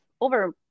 over